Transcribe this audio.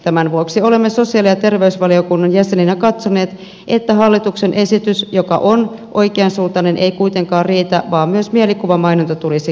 tämän vuoksi olemme sosiaali ja terveysvaliokunnan jäseninä katsoneet että hallituksen esitys on oikeansuuntainen mutta kuitenkaan riitä vaan myös mielikuvamainonta tulisi kieltää